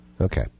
Okay